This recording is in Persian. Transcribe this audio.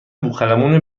بوقلمون